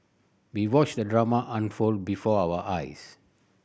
we watched the drama unfold before our eyes